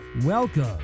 Welcome